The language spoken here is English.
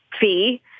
fee